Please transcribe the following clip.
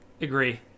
agree